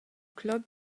club